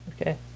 Okay